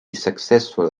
successful